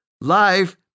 Life